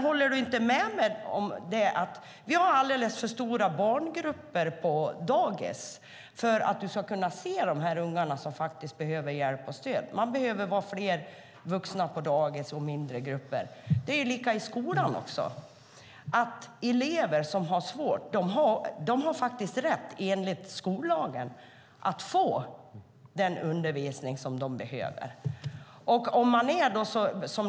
Håller du inte med mig om att barngrupperna på dagis är alldeles för stora för att vi ska kunna se de här ungarna som behöver hjälp och stöd? Man behöver vara fler vuxna på dagis, och man behöver ha mindre grupper. Det är samma sak i skolan. Elever som har det svårt har rätt enligt skollagen att få den undervisning som de behöver.